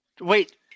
Wait